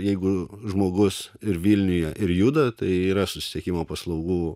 jeigu žmogus ir vilniuje ir juda tai yra susisiekimo paslaugų